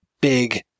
big